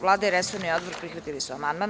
Vlada i resorni odbor prihvatili su amandman.